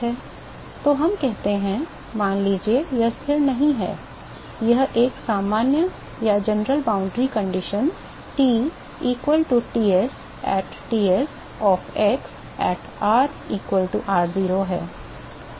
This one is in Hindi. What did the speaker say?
तो हम कहते हैं मान लीजिए यह स्थिर नहीं है यह एक सामान्य सीमा शर्त T equal to Ts at Ts of x at r equal to r0 है